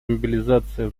мобилизация